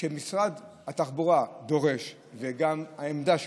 כשמשרד התחבורה דורש, זו גם העמדה שלו,